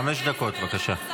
חמש דקות, בבקשה.